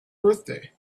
birthday